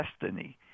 destiny